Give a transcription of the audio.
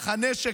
הנשק,